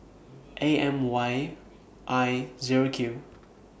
A M Y I Zero Q